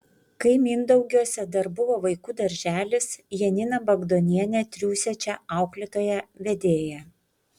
kai mindaugiuose dar buvo vaikų darželis janina bagdonienė triūsė čia auklėtoja vedėja